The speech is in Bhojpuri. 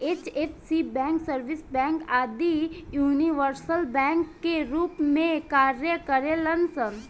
एच.एफ.सी बैंक, स्विस बैंक आदि यूनिवर्सल बैंक के रूप में कार्य करेलन सन